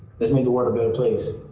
let's make the world a better place.